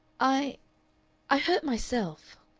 i i hurt myself.